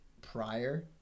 prior